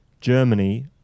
Germany